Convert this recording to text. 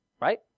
right